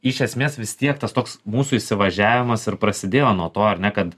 iš esmės vis tiek tas toks mūsų įsivažiavimas ir prasidėjo nuo to ar ne kad